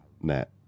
net